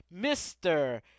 Mr